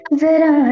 zara